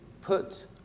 put